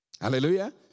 Hallelujah